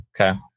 Okay